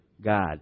God